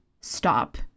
stop